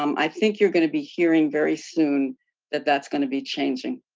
um i think you're going to be hearing very soon that that's going to be changing.